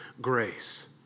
grace